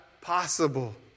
possible